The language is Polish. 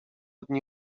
dni